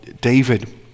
David